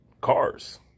cars